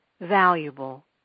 valuable